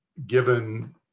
given